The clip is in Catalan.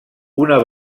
una